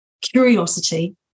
curiosity